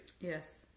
Yes